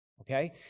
Okay